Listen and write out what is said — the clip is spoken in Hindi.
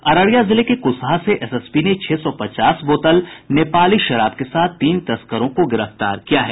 अररिया जिले के कुसहा से एसएसबी ने छह सौ पचास बोतल नेपाली शराब के साथ तीन तस्करों को गिरफ्तार किया है